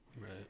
Right